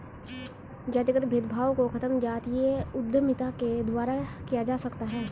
जातिगत भेदभाव को खत्म जातीय उद्यमिता के द्वारा किया जा सकता है